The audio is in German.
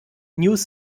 news